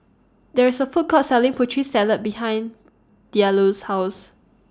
There IS A Food Court Selling Putri Salad behind Diallo's House